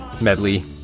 medley